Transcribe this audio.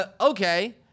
okay